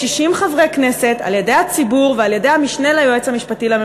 אדוני, חבר הכנסת אופיר אקוניס, הבאתי לך מתנה.